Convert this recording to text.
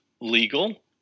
legal